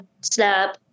Snap